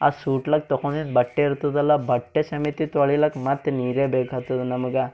ಆ ಸೂಟ್ಲಾಕ ತೊಕೊಂಡಿದ್ ಬಟ್ಟೆ ಇರ್ತದಲ್ಲ ಬಟ್ಟೆ ಸಮೇತ ತೊಳಿಲಕ್ಕ ಮತ್ತೆ ನೀರೇ ಬೇಕ್ಹಾತ್ತದ ನಮಗೆ